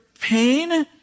pain